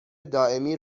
دائمی